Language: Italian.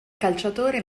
calciatore